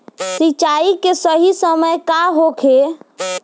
सिंचाई के सही समय का होखे?